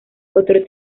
otro